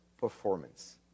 performance